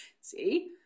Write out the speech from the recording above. See